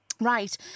Right